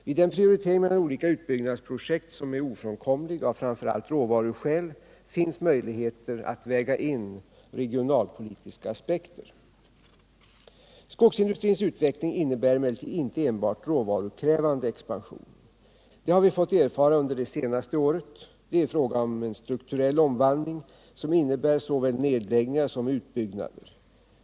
Vid den prioritering mellan olika utbyggnadsprojekt som är ofrånkomlig av framför allt råvaruskäl finns möjligheter att väga in regionalpolitiska aspekter. Skogsindustrins utveckling innebär emellertid inte enbart råvarukrävande expansion. Det har vi fått erfara under det senaste året. Det är fråga om en strukturell omvandling som innebär såväl nedläggningar som utbyggnader.